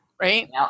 Right